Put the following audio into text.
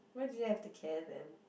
why do you have to care then